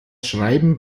schreiben